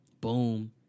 boom